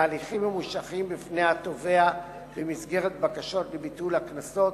להליכים ממושכים בפני התובע במסגרת בקשות לביטול הקנסות,